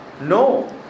No